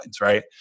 right